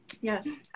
Yes